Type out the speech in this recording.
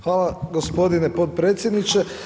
Hvala gospodine potpredsjedniče.